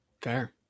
Fair